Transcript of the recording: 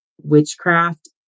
witchcraft